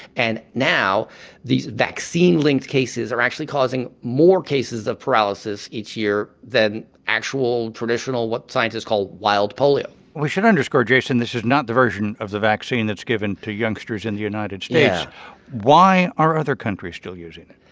and now these vaccine-linked cases are actually causing more cases of paralysis each year than actual traditional what scientists call wild polio we should underscore, jason this is not the version of the vaccine that's given to youngsters in the united states yeah why are other countries still using it?